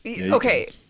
okay